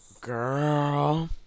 Girl